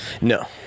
No